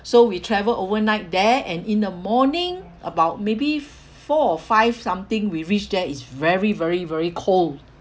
so we travelled overnight there and in the morning about maybe four or five something we reach there it's very very very cold